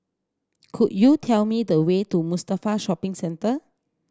could you tell me the way to Mustafa Shopping Centre